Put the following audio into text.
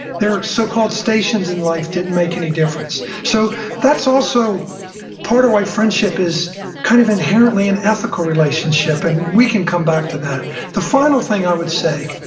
their so-called stations in life didn't make any difference. so that's also part of why friendship is kind of inherently an ethical relationship, and we can come back to that the final thing i would say,